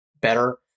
better